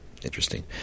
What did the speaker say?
Interesting